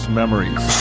memories